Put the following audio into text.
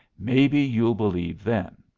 maybe, you'll believe then.